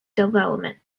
development